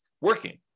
working